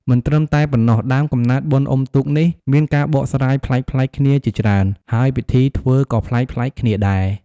មិនត្រឹមតែប៉ុណ្ណោះ ដើមកំណើតបុណ្យអុំទូកនេះ មានការបកស្រាយប្លែកៗគ្នាជាច្រើន ហើយពិធីធ្វើក៏ប្លែកៗគ្នាដែរ។